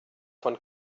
von